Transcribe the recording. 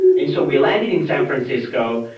and so we landed in san francisco.